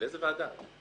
לאיזה ועדה?